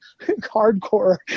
hardcore